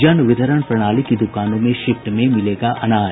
जन वितरण प्रणाली की दुकानों में शिफ्ट में मिलेगा अनाज